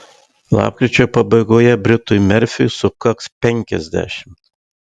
lapkričio pabaigoje britui merfiui sukaks penkiasdešimt